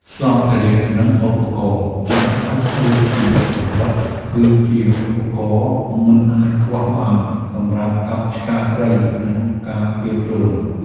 សម្ភារៈ និងឧបករណ៍ចាំបាច់ ដូចជាកាំបិតគឺជាឧបករណ៍មិនអាចខ្វះបានសម្រាប់កាប់ឆ្ការព្រៃ និងការពារខ្លួន។